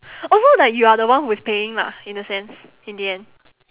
oh so like you are the one who is paying lah in a sense in the end